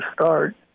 start